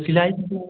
सिलाई कितना